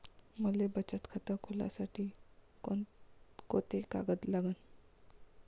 मले बचत खातं खोलासाठी कोंते कागद लागन?